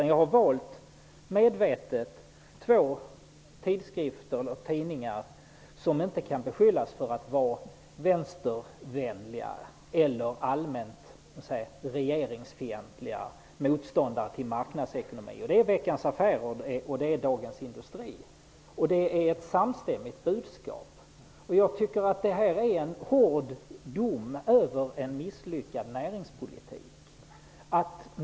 Jag har valt två tidningar som inte kan beskyllas för att vara vänstervänliga eller allmänt regeringsfientliga motståndare till marknadsekonomi. Det är Budskapet är samstämmigt. Jag tycker att det är en hård dom över en misslyckad näringspolitik.